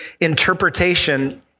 interpretation